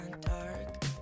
dark